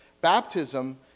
Baptism